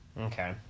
Okay